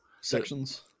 sections